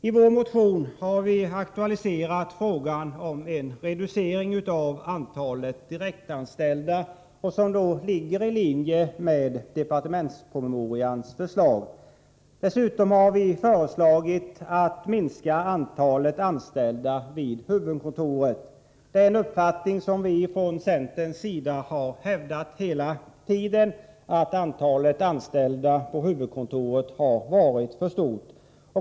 I vår motion har vi aktualiserat frågan om en reducering av antalet direktanställda i linje med departementspromemorians förslag. Dessutom har vi föreslagit en minskning av antalet anställda vid huvudkontoret. Vi i centern har hela tiden hävdat att antalet anställda vid huvudkontoret har varit alltför stort.